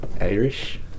Irish